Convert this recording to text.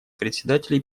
председателей